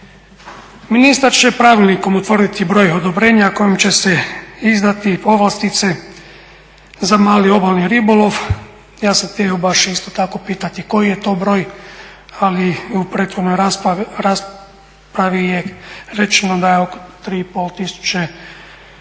Ministar će pravilnikom utvrditi broj odobrenja kojom će se izdati povlastice za mali obalni ribolov. Ja sam htio baš isto tako pitati koji je to broj ali u prethodnoj raspravi je rečeno da je oko 3,5 tisuće